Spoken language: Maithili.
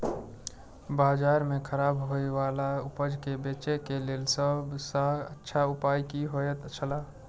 बाजार में खराब होय वाला उपज के बेचे के लेल सब सॉ अच्छा उपाय की होयत छला?